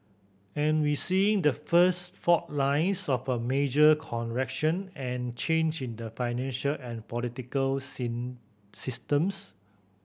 and we seeing the first fault lines of a major correction and change in the financial and political seen systems